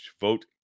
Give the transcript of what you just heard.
Vote